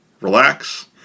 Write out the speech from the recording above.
relax